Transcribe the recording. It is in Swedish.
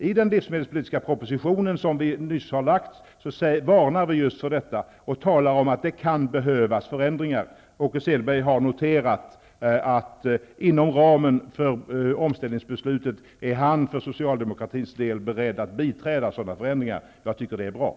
I den livsmedelspolitiska proposition som vi just har framlagt varnar vi för detta och framhåller att det kan komma att behövas förändringar. Åke Selberg har noterat att han inom ramen för omställningsbeslutet från socialdemokratisk sida är beredd att biträda sådana förändringar. Jag tycker att det är bra.